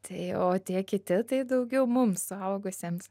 tai o tie kiti tai daugiau mums suaugusiems